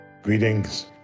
Greetings